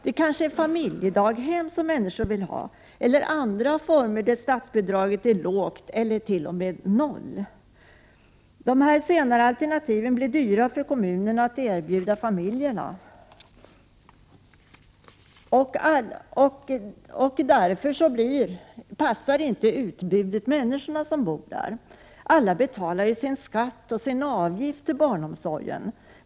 Det kanske är familjedaghem som människor vill ha, eller andra former av barnomsorg till vilka statsbidraget är lågt eller t.o.m. noll. Det blir dyrt för kommunerna att erbjuda de senare alternativen till familjerna. Utbudet passar därför inte de människor som bor i glesbygd. Alla betalar skatt och avgift till barnomsorgen.